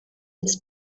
its